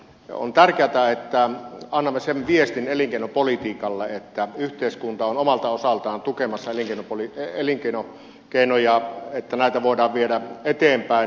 on tärkeätä että annamme sen viestin elinkeinopolitiikalle että yhteiskunta on omalta osaltaan tukemassa elinkeinoja että näitä voidaan viedä eteenpäin